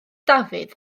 dafydd